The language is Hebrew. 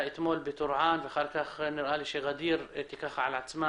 אתמול בטורעאן ואחר כך ע'דיר תיקח על עצמה